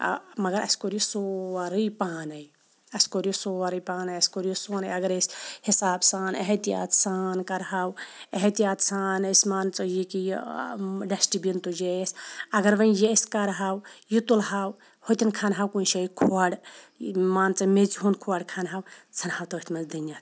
مَگَر اَسہِ کوٚر یہِ سورٕے پانے اَسہِ کوٚر یہِ سورٕے پانے اَسہِ کوٚر یہِ سورٕے اَگَر أسۍ حِساب سان احتِیاط سان کَرہَو احتِیاط سان أسۍ مان ژٕ ییٚکیاہ ڈشٹہ بِن تُجے اَسہِ اَگَر وۄنۍ یہِ أسۍ کَرہَو یہِ تُلہَو ہُتُیٚن کھنہَو کُنہٕ شایہِ کھۄڑ مان ژٕ میٚژِ ہُنٛد کھۄڑ کھنہَو ژھٕنہَو تٔتھ مَنٛز دٕنِتھ